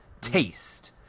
Taste